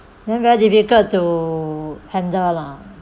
then very difficult to handle lah